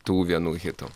tų vienų hitų